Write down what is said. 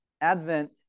Advent